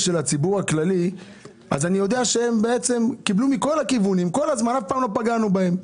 אני יודע שהם קיבלו מכל הכיוונים ואף פעם לא פגענו בהם.